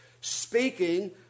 speaking